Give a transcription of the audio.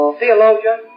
theologian